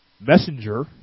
messenger